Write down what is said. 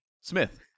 Smith